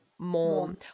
More